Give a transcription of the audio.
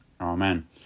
Amen